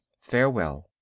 farewell